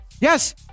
Yes